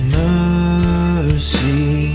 mercy